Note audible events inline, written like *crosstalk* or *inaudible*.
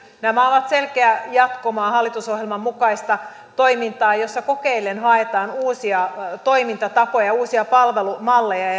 nämä ovat selkeää jatkumoa hallitusohjelman mukaista toimintaa jossa kokeillen haetaan uusia toimintatapoja uusia palvelumalleja *unintelligible*